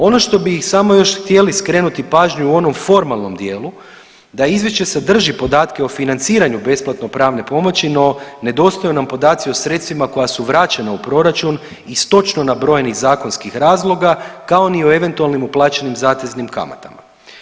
Ono što bi ih još samo htjeli skrenuti pažnju u onom formalnom dijelu da izvješće sadrži podatke o financiranju besplatno pravne pomoći, no nedostaju nam podaci o sredstvima koja su vraćena u proračun iz točno nabrojenih zakonskih razloga kao ni o eventualnim uplaćenim zateznim kamatama.